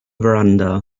verandah